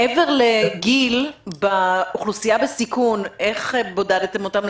מעבר לגיל, באוכלוסייה בסיכון איך בודדתם אותם?